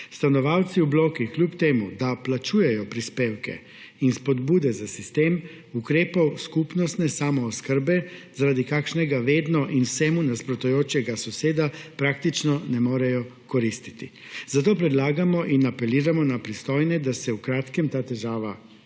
Stanovalci v blokih, kljub temu da plačujejo prispevke in spodbude za sistem, ukrepov skupnostne samooskrbe zaradi kakšnega vedno in vsemu nasprotujočega soseda praktično ne morejo koristiti. Zato predlagamo in apeliramo na pristojne, da se v kratkem ta težava odpravi,